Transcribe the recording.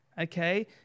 okay